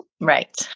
Right